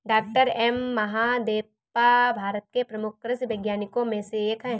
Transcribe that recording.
doctor M Mahadevappa Bharat के प्रमुख कृषि वैज्ञानिकों में से एक हैं